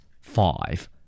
Five